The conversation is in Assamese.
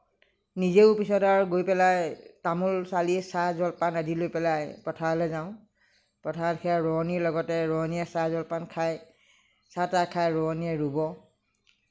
নিজেও পিছত আৰু গৈ পেলাই তামোল চালি চাহ জলপান আদি লৈ পেলাই পথাৰলৈ যাওঁ পথাৰত সেয়া ৰোৱনীৰ লগতে ৰোৱনীয়ে চাহ জলপান খায় চাহ তাহ খাই ৰোৱনীয়ে ৰোব